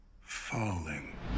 falling